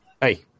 hey